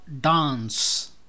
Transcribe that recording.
Dance